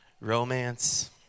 romance